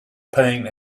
pang